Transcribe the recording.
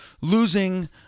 losing